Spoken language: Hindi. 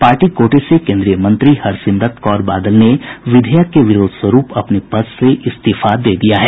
पार्टी कोटे से केन्द्रीय मंत्री हरसिमरत कौर बादल ने विधेयक के विरोध स्वरूप अपने पद से इस्तीफा दे दिया है